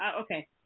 okay